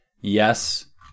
yes